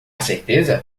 certeza